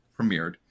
premiered